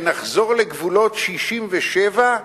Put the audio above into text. ונחזור לגבולות 67'